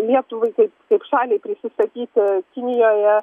lietuvai kaip kaip šaliai prisistatyti kinijoje